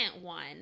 one